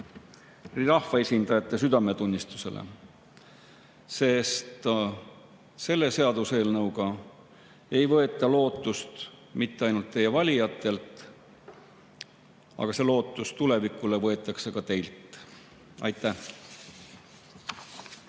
rahvaesindajate südametunnistusele, sest selle seaduseelnõuga ei võeta lootust mitte ainult teie valijatelt, lootus tulevikule võetakse ka teilt. Aitäh!